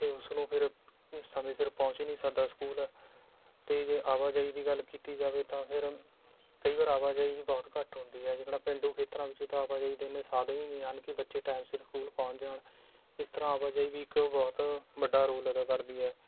ਅਤੇ ਉਸ ਨੂੰ ਫਿਰ ਸਮੇਂ ਸਿਰ ਪਹੁੰਚ ਨਹੀਂ ਸਕਦਾ ਸਕੂਲ ਅਤੇ ਜੇ ਆਵਾਜਾਈ ਦੀ ਗੱਲ ਕੀਤੀ ਜਾਵੇ ਤਾਂ ਫਿਰ ਕਈ ਵਾਰ ਆਵਾਜਾਈ ਹੀ ਬਹੁਤ ਘੱਟ ਹੁੰਦੀ ਹੈ ਜਿੱਕਣਾ ਪੇਂਡੂ ਖੇਤਰਾਂ ਵਿੱਚ ਤਾਂ ਆਵਾਜਾਈ ਦੇ ਇੰਨੇ ਸਾਧਨ ਹੀ ਨਹੀਂ ਹਨ ਕਿ ਬੱਚੇ ਟਾਈਮ ਸਿਰ ਸਕੂਲ ਪਹੁੰਚ ਜਾਣ ਇਸ ਤਰ੍ਹਾਂ ਆਵਾਜਾਈ ਵੀ ਇੱਕ ਬਹੁਤ ਵੱਡਾ ਰੋਲ ਅਦਾ ਕਰਦੀ ਹੈ